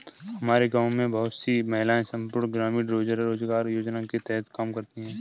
हमारे गांव में बहुत सी महिलाएं संपूर्ण ग्रामीण रोजगार योजना के तहत काम करती हैं